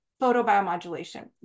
photobiomodulation